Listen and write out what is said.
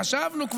כבר חשבנו,